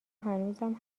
هنوزم